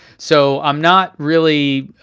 so i'm not really,